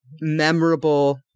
memorable